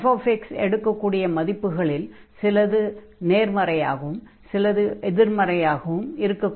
f எடுக்கக் கூடிய மதிப்புகளில் சில நேர்மறையாகவும் சில எதிர்மறையாகவும் இருக்கக்கூடும்